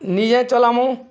ନିଜେ ଚଲାମୁ